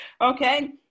Okay